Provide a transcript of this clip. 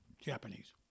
Japanese